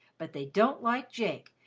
but they don't like jake,